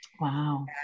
wow